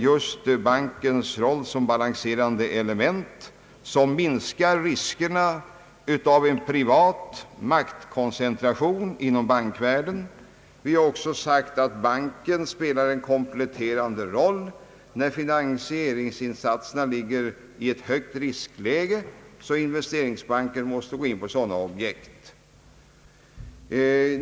Vi betonar bankens roll som ett balanserande element, som minskar riskerna av en privat maktkoncentration inom bankvärlden. Vi säger också att banken spelar en kompletterande roll när finansieringsinsatserna ligger i ett högt riskläge som gör att Investeringsbanken måste gå in på sådana objekt.